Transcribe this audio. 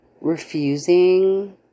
refusing